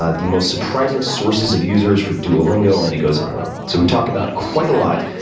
ah the most surprising sources of users for duolingo and it goes on and on. so we talk about quite a lot.